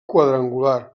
quadrangular